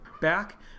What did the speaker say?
back